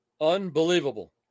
Unbelievable